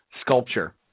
sculpture